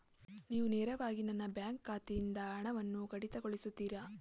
ನೀವು ನೇರವಾಗಿ ನನ್ನ ಬ್ಯಾಂಕ್ ಖಾತೆಯಿಂದ ಹಣವನ್ನು ಕಡಿತಗೊಳಿಸುತ್ತೀರಾ?